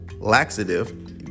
laxative